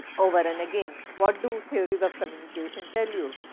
over and again. what do theories of communication tell you?